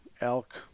elk